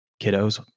kiddos